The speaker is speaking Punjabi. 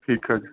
ਠੀਕ ਆ ਜੀ